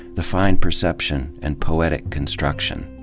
the fine perception, and poetic construction.